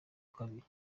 kabiri